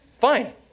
Fine